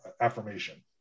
affirmation